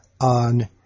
on